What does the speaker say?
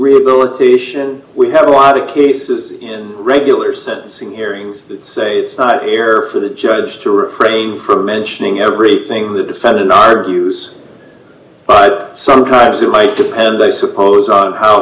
rehabilitation we have a lot of cases in regular sentencing hearings that say it's not here for the judge to refrain from mentioning everything the defendant argues but sometimes it might depend i suppose on how